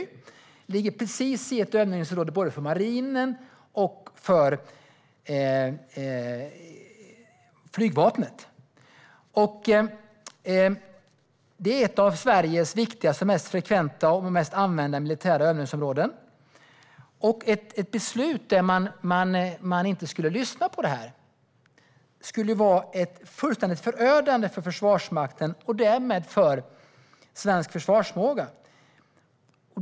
Det ligger precis i ett övningsområde för både marinen och flygvapnet. Det är ett av Sveriges viktigaste och mest frekvent använda militära övningsområden. Ett beslut där man inte har lyssnat på detta skulle vara fullständigt förödande för Försvarsmakten och därmed för svensk försvarsförmåga.